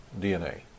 DNA